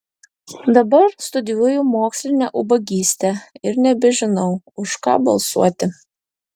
dabar studijuoju mokslinę ubagystę ir nebežinau už ką balsuoti